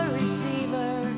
receiver